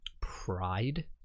pride